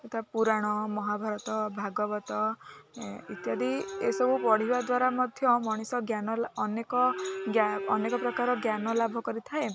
ଯଥା ପୁରାଣ ମହାଭାରତ ଭାଗବତ ଇତ୍ୟାଦି ଏସବୁ ପଢ଼ିବା ଦ୍ୱାରା ମଧ୍ୟ ମଣିଷ ଜ୍ଞାନ ଅନେକ ଅନେକ ପ୍ରକାର ଜ୍ଞାନ ଲାଭ କରିଥାଏ